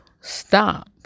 stop